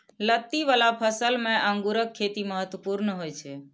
लत्ती बला फसल मे अंगूरक खेती महत्वपूर्ण होइ छै